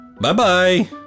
bye-bye